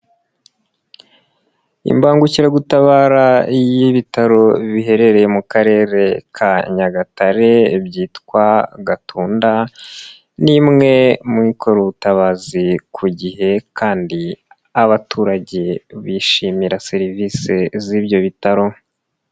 Imbangukiragutabara y'ibitaro biherereye mu Karere ka Nyagatare byitwa Gatunda ni imwe muyikora ubutabazi ku gihe kandi abaturage bishimira serivise z'ibyo bitaro.